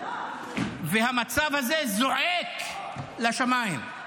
המצב הזה זועק לשמיים.